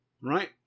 Right